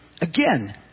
again